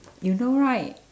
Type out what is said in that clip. you know right